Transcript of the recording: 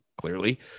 clearly